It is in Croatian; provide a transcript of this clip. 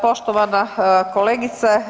Poštovana kolegice.